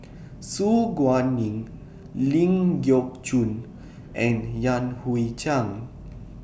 Su Guaning Ling Geok Choon and Yan Hui Chang